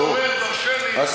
אז זה אומר דורשני, נו?